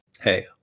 hey